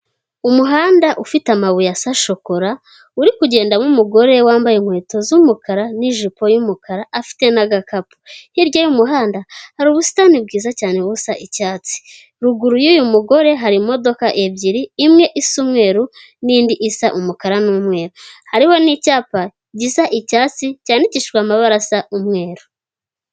Umuhanda ufite amabuye asa shokora, uri kugendamo umugore wambaye inkweto z'umukara n'ijipo y'umukara, afite n'agakapu. Hirya y'umuhanda hari ubusitani bwiza cyane busa icyatsi. Ruguru y'uyu mugore hari imodoka ebyiri; imwe isa umweru n'indi isa umukara n'umweru; hariho n'icyapa gisa icyatsi cyandikishijwe amabara asa umweru.